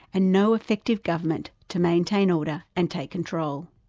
and no effective government to maintain order and take control.